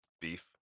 beef